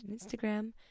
Instagram